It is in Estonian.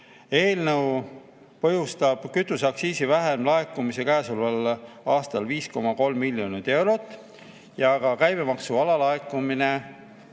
Eelnõu põhjustab kütuseaktsiisi vähemlaekumise käesoleval aastal 5,3 miljonit eurot. Käibemaksu alalaekumine